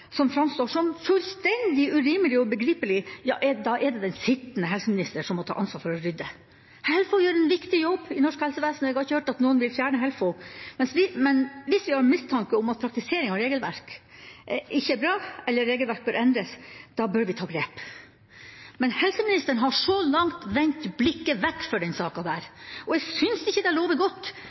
som framstår som fullstendig urimelig og ubegripelig, er det den sittende helseminister som må ta ansvar for å rydde opp. HELFO gjør en viktig jobb i norsk helsevesen, og jeg har ikke hørt at noen vil fjerne HELFO. Men hvis vi har mistanke om at praktisering av regelverk ikke er bra, eller regelverket bør endres, bør vi ta grep. Men helseministeren har så langt vendt blikket vekk for denne saka. Jeg synes ikke det lover godt